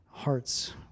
hearts